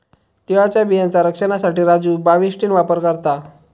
तिळाच्या बियांचा रक्षनासाठी राजू बाविस्टीन वापर करता